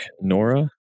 nora